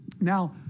Now